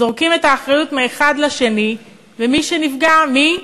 זורקים את האחריות מהאחד לשני, ומי נפגע, מי?